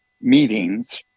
meetings